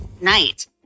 night